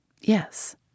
yes